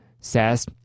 says